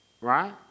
Right